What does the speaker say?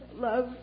love